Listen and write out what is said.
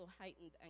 heightened